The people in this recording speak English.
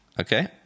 okay